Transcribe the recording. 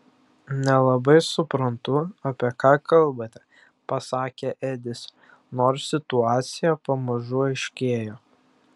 nelabai suprantu apie ką kalbate pasakė edis nors situacija pamažu aiškėjo